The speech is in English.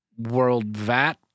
WorldVat